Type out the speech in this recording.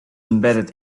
embedded